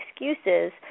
excuses